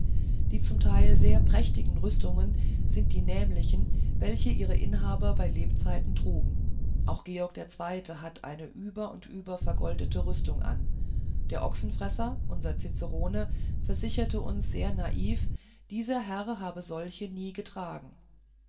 die zum teil sehr prächtigen rüstungen sind die nämlichen welche ihre inhaber bei lebzeiten trugen auch georg der zweite hat eine über und über vergoldete rüstung an der ochsenfresser unser cicerone versicherte uns sehr naiv dieser herr habe solche nie getragen